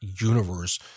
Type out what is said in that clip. universe